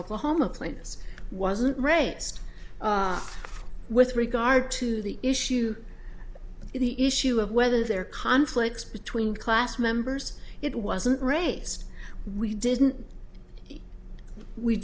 oklahoma claimants wasn't raised with regard to the issue the issue of whether there are conflicts between class members it wasn't race we didn't we